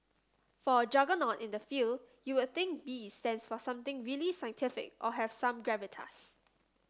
for a juggernaut in the field you would think B stands for something really scientific or have some gravitas